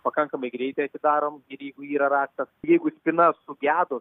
pakankamai greitai atidarom ir jeigu yra raktas jeigu spyna sugedo